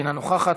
אינה נוכחת,